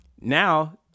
now